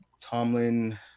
Tomlin